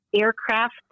aircraft